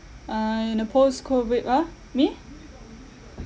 uh in a post COVID !huh! me